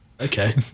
Okay